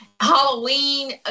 Halloween